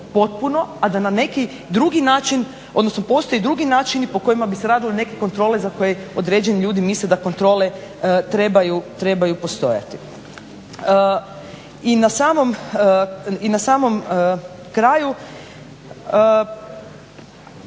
a da na neki drugi način, odnosno postoje drugi načini po kojima bi se radile neke kontrole za koje određeni ljudi misle da kontrole trebaju postojati. I na samom kraju.